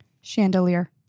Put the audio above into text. chandelier